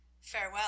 Farewell